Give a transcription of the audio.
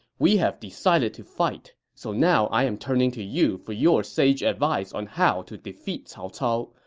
we have decided to fight, so now i am turning to you for your sage advice on how to defeat cao cao,